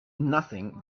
nothing